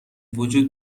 وجود